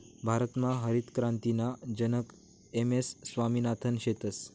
भारतमा हरितक्रांतीना जनक एम.एस स्वामिनाथन शेतस